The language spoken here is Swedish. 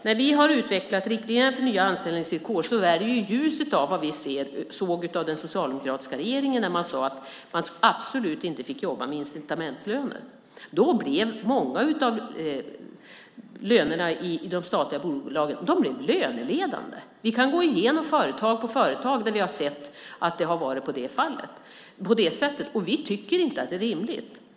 När vi har utvecklat riktlinjerna för nya anställningsvillkor är det i ljuset av vad vi såg när den socialdemokratiska regeringen sade att man absolut inte fick jobba med incitamentslöner. Då blev lönerna i de statliga bolagen löneledande. Vi kan gå igenom företag efter företag och se att det har varit på det sättet. Vi tycker inte att det är rimligt.